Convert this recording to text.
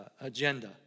agenda